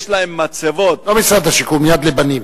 יש להם מצבות, לא משרד השיקום, "יד לבנים".